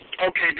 Okay